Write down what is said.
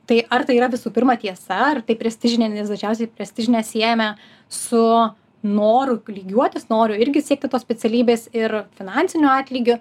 tai ar tai yra visų pirma tiesa ar tai prestižinė nes dažniausiai prestižinę siejame su noru lygiuotis noriu irgi siekti tos specialybės ir finansiniu atlygiu